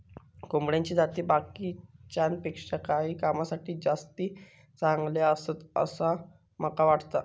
कोंबड्याची जाती बाकीच्यांपेक्षा काही कामांसाठी जास्ती चांगले आसत, असा माका वाटता